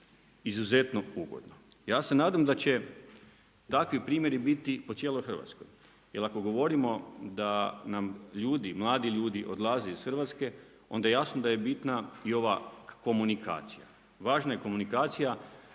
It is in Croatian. izuzetno ugodno. Ja se nadam da će takvi primjeri biti po cijeloj Hrvatskoj, jer ako govorimo da nam ljudi, mladi ljudi odlaze iz Hrvatske onda je jasno da je bitna i ova komunikacija. Važna je komunikacija.